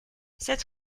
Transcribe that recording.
sept